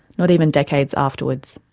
not even decades afterwards.